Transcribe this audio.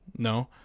No